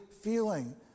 feeling